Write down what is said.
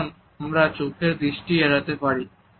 তখন আমরা চোখের দৃষ্টি এড়াতে পারি